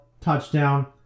touchdown